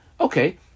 Okay